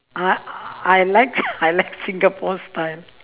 uh I like I like singapore style